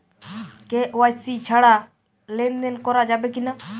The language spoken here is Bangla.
কে.ওয়াই.সি ছাড়া লেনদেন করা যাবে কিনা?